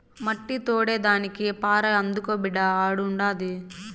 మట్టి తోడేదానికి పార అందుకో బిడ్డా ఆడుండాది